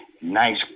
nice